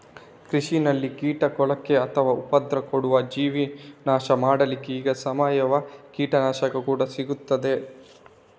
ಕೃಷಿನಲ್ಲಿ ಕೀಟ ಕೊಲ್ಲಿಕ್ಕೆ ಅಥವಾ ಉಪದ್ರ ಕೊಡುವ ಜೀವಿ ನಾಶ ಮಾಡ್ಲಿಕ್ಕೆ ಈಗ ಸಾವಯವ ಕೀಟನಾಶಕ ಕೂಡಾ ಸಿಗ್ತದೆ